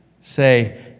say